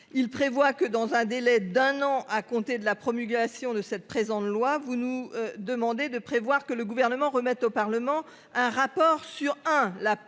il prévoit que dans un délai d'un an à compter de la promulgation de cette présente loi vous nous demandez de prévoir que le Gouvernement remette au Parlement un rapport sur un